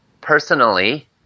personally